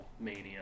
Mania